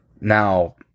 Now